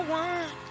one